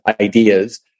ideas